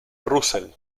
russell